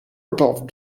above